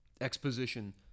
exposition